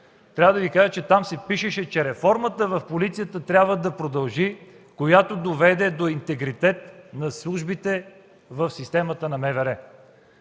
на сътрудничество, се пишеше, че реформата в полицията трябва да продължи – която доведе до интегритет на службите в системата на МВР.